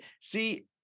see